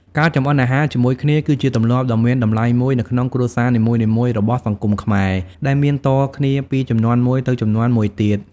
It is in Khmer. ការចម្អិនអាហារជាមួយគ្នាគឺជាទម្លាប់ដ៏មានតម្លៃមួយនៅក្នុងគ្រួសារនីមួយៗរបស់សង្គមខ្មែរ ដែលមានតគ្នាពីជំនាន់មួយទៅជំនាន់មួយទៀត ។